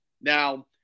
Now